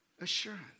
assurance